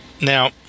now